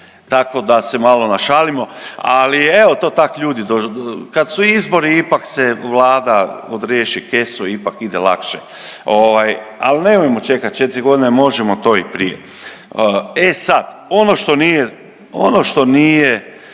tako da se malo našalimo. Ali evo to tak ljudi kad su izbori ipak Vlada odriješi kesu ipak ide lakše. Al nemojmo čekat četri godine možemo to i prije. E sad ono što nije